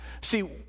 see